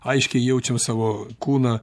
aiškiai jaučiam savo kūną